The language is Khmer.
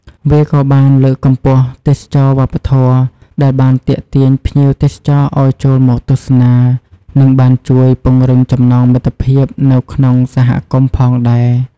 វាក៏បានលើកកម្ពស់ ទេសចរណ៍វប្បធម៌ ដែលបានទាក់ទាញភ្ញៀវទេសចរឱ្យចូលមកទស្សនា និងបានជួយ ពង្រឹងចំណងមិត្តភាព នៅក្នុងសហគមន៍ផងដែរ។